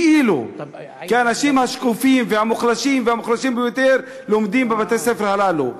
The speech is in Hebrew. כי האנשים השקופים והמוחלשים והמוחלשים ביותר לומדים בבתי-הספר הללו.